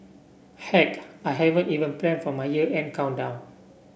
heck I haven't even plan for my year and countdown